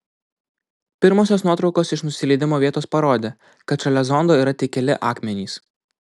pirmosios nuotraukos iš nusileidimo vietos parodė kad šalia zondo yra tik keli akmenys